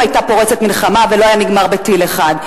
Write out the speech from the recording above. היתה פורצת מלחמה וזה לא היה נגמר בטיל אחד.